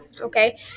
Okay